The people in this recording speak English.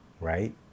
right